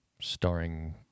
starring